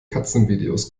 katzenvideos